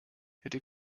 hätte